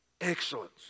excellence